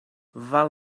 val